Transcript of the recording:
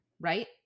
Right